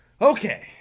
okay